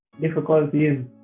Difficulties